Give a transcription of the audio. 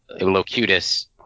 Locutus